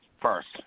first